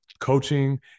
coaching